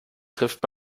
trifft